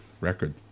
record